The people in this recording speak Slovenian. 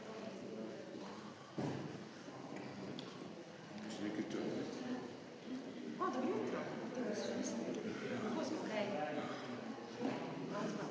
Hvala